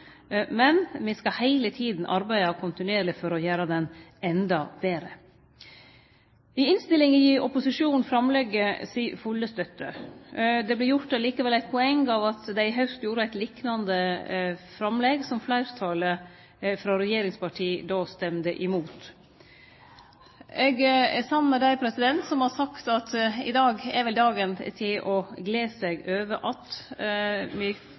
Men me skal heile tida arbeide kontinuerleg for å gjere henne endå betre. I innstillinga gir opposisjonen framlegget si fulle støtte. Det vert likevel gjort eit poeng av at dei i haust hadde eit liknande framlegg, som fleirtalet frå regjeringspartia då stemde imot. Eg er samd med dei som har sagt at i dag er dagen for å gle seg over